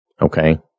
Okay